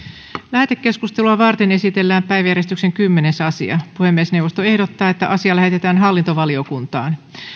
lähetekeskustelua varten esitellään päiväjärjestyksen kymmenes asia puhemiesneuvosto ehdottaa että asia lähetetään hallintovaliokuntaan